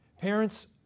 Parents